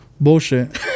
Bullshit